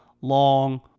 long